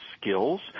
skills